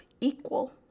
equal